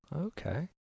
Okay